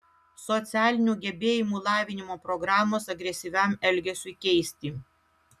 socialinių gebėjimų lavinimo programos agresyviam elgesiui keisti